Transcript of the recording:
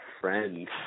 friends